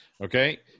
Okay